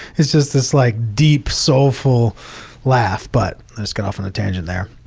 it's just this like deep soulful laugh. but i just got off on a tangent there.